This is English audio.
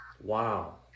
Wow